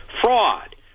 fraud